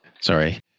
Sorry